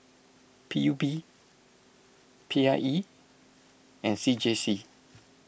P U B P I E and C J C